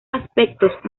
aspectos